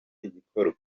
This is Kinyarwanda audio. igikorwa